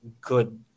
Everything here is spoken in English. good